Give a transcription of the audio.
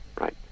right